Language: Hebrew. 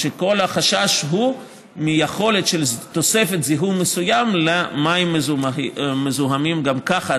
כל החשש הוא מיכולת של תוספת זיהום מסוימת למים המזוהמים גם ככה,